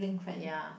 ya